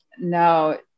no